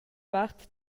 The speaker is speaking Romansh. vart